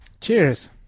Cheers